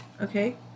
okay